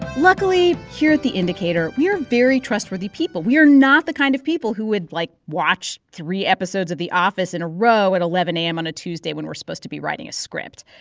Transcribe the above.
luckily, here at the indicator, we are very trustworthy people. we are not the kind of people who would, like, watch three episodes of the office in a row at eleven a m. on a tuesday when we're supposed to be writing a script.